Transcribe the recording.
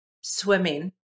swimming